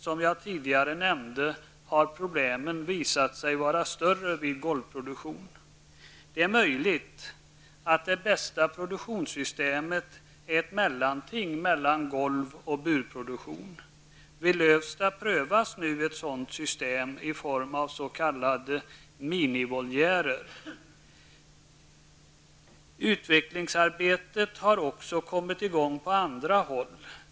Som jag tidigare nämnde har problemen i de flesta hänseenden visat sig vara större vid golvproduktion. Det är möjligt att det bästa produktionssystemet är ett mellanting mellan golv och burproduktion. Vid Lövsta prövas nu ett sådant system i form av s.k. minivoljärer. Utvecklingsarbete också kommit i gång på andra håll.